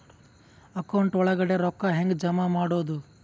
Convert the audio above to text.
Account ಒಳಗಡೆ ರೊಕ್ಕ ಹೆಂಗ್ ಜಮಾ ಮಾಡುದು?